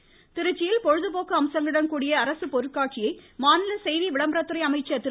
பொருட்காட்சி திருச்சியில் பொழுதுபோக்கு அம்சங்களுடன் கூடிய அரசு பொருட்காட்சியை மாநில செய்தி விளம்பரத்துறை அமைச்சர் திரு